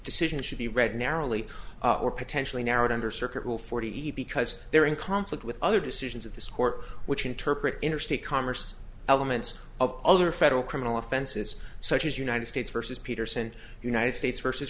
decisions should be read narrowly or potentially narrowed under circuit will forty because they're in conflict with other decisions of this court which interpret interstate commerce elements of other federal criminal offenses such as united states versus peterson united states versus